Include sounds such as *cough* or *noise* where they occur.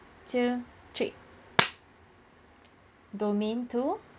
two three *noise* domain two